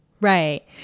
Right